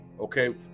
okay